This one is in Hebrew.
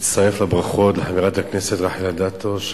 מצטרף לברכות לחברת הכנסת רחל אדטו.